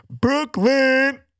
Brooklyn